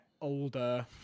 older